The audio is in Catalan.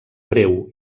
breu